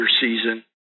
season